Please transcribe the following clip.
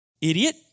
Idiot